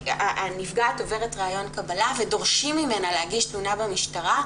הנפגעת עוברת ריאיון קבלה ודורשים ממנה להגיש תלונה במשטרה,